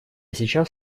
сейчас